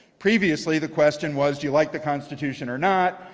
previously the question was do you like the constitution or not?